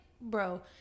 bro